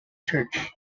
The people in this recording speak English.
church